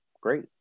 Great